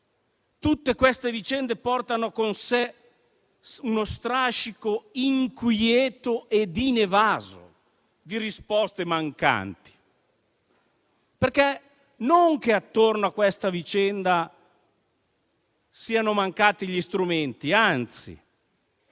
a Ilaria Alpi, porta con sé uno strascico inquieto e inevaso di risposte mancanti? Non che attorno a questa vicenda siano mancati gli strumenti, anzi